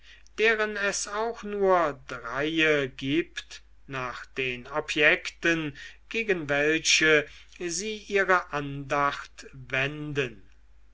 deren es auch nur dreie gibt nach den objekten gegen welche sie ihre andacht wenden